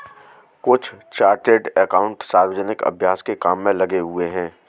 कुछ chartered accountant सार्वजनिक अभ्यास के काम में लगे हुए हैं